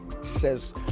says